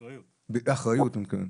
אחריות אני מתכוון.